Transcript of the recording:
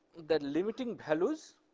the limiting values